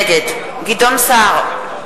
נגד גדעון סער,